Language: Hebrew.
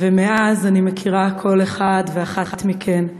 ומאז אני מכירה כל אחד ואחת מכם,